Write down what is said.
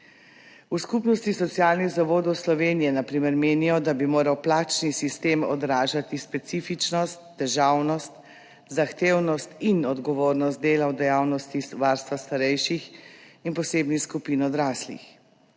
V Skupnosti socialnih zavodov Slovenije na primer menijo, da bi moral plačni sistem odražati specifičnost, težavnost, zahtevnost in odgovornost dela v dejavnosti varstva starejših in posebnih skupin odraslih.